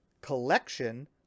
collection